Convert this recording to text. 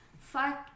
Fuck